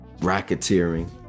racketeering